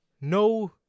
No